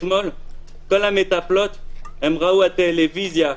אתמול כל המטפלות ראו טלוויזיה.